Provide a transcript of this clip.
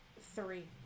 three